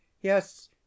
Yes